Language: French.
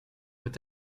peut